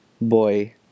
boy